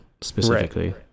specifically